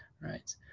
right